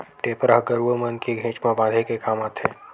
टेपरा ह गरुवा मन के घेंच म बांधे के काम आथे